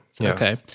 Okay